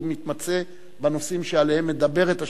מתמצא בנושאים שעליהם השאילתא מדברת,